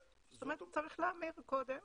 צריך להמיר קודם